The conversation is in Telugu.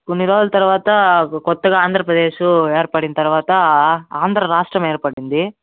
కొన్ని నెలల తరువాత కొత్తగా ఆంధ్రప్రదేశు ఏర్పడిన తరువాత ఆంధ్రరాష్ట్రం ఏర్పడింది